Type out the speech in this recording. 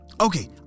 Okay